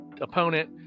opponent